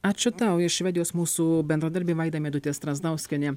ačiū tau iš švedijos mūsų bendradarbė vaida meidutė strazdauskienė